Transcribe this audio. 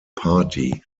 party